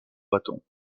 bâton